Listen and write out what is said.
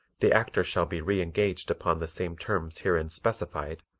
the actor shall be re-engaged upon the same terms herein specified,